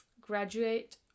graduate